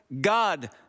God